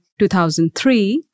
2003